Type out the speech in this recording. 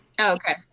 okay